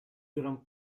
grand